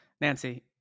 Nancy